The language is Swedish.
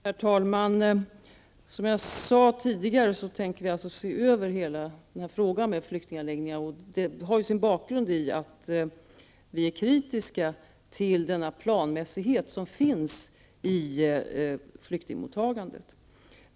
Herr talman! Som jag sade tidigare tänker vi se över frågan om flyktingförläggningarna. Det har sin bakgrund i att vi är kritiska till den planmässighet som finns i flyktingmottagandet.